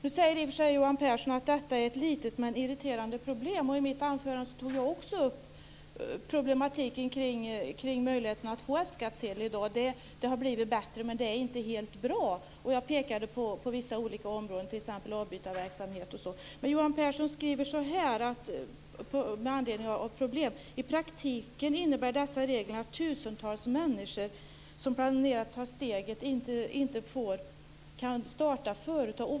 Nu säger i och för sig Johan Pehrson att detta är ett litet, men irriterande problem. I mitt anförande tog jag också upp problematiken kring möjligheten att få F skattsedel i dag. Det har blivit bättre, men det är inte helt bra. Jag pekade på vissa olika områden, avbytarverksamhet och sådant. Johan Pehrson skriver så här med anledning av problem: I praktiken innebär dessa regler att tusentals människor som planerar att ta steget inte kan starta företag.